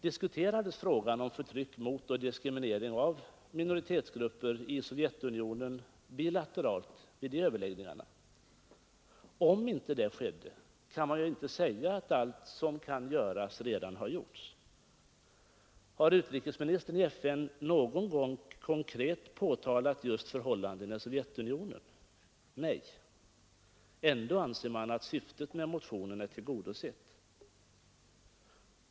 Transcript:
Diskuterades frågan om förtryck mot och diskriminering av minoritetsgrupper i Sovjetunionen bilateralt vid de överläggningarna? Om inte det skedde, kan man väl ändå inte säga att allt som kan göras redan har gjorts. Har utrikesministern någon gång i FN konkret påtalat just förhållandena i Sovjetunionen? Nej. Ändå anser man att syftet med motionen är tillgodosett.